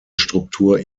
struktur